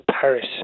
Paris